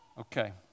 Okay